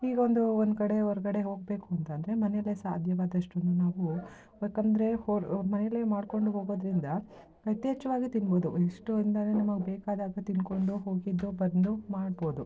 ಈಗೊಂದು ಒಂದು ಕಡೆ ಹೊರಗಡೆ ಹೋಗಬೇಕು ಅಂತ ಅಂದ್ರೆ ಮನೆಲೇ ಸಾಧ್ಯವಾದಷ್ಟೂ ನಾವು ಯಾಕೆಂದ್ರೆ ಹೊರ್ ಮನೆಲೇ ಮಾಡಿಕೊಂಡು ಹೋಗೋದರಿಂದ ಯಥೇಚ್ಛವಾಗಿ ತಿನ್ಬೋದು ಎಷ್ಟೋ ಅಂದರೆ ನಮಗೆ ಬೇಕಾದಾಗ ತಿಂದ್ಕೊಂಡು ಹೋಗಿದ್ದೋ ಬಂದೋ ಮಾಡ್ಬೋದು